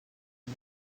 mer